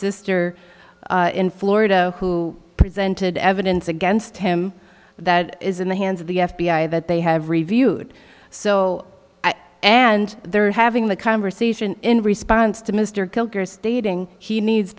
sister in florida who presented evidence against him that is in the hands of the f b i that they have reviewed so and they're having the conversation in response to mr stating he needs